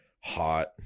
hot